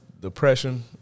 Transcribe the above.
depression